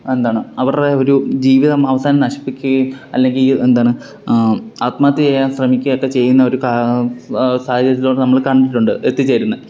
എന്താണ് അവരുടെ ഒരു ജീവിതം അവസാനം നശിപ്പിക്കുകയും അല്ലെങ്കിൽ എന്താണ് ആത്മഹത്യ ചെയ്യാൻ ശ്രമിക്കയും അക്കെ ചെയ്യുന്ന ഒരു സാഹചര്യത്തിലോട്ട് നമ്മള് കണ്ടിട്ടുണ്ട് എത്തിചേരുന്നത്